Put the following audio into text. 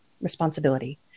responsibility